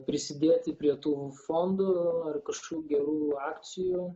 prisidėti prie tų fondų ar kažkokių gerų akcijų